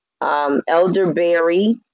elderberry